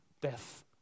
death